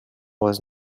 was